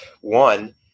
One